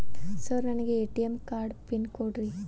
Sir ನನಗೆ ATM card pin ಕೊಡ್ರಿ?